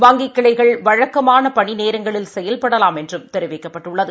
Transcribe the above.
வங்கிக் கிளைகள் வழக்கமான பணி நேரங்களில் செயல்படலாம் என்றும் தெரிவிக்கப்பட்டுள்ளது